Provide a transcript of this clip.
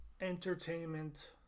entertainment